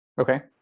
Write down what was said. Okay